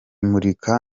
murika